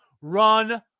Run